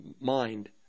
mind